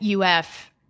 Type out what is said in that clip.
uf